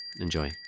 enjoy